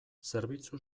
zerbitzu